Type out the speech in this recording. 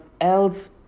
else